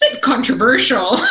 controversial